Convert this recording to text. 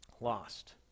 lost